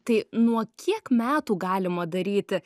tai nuo kiek metų galima daryti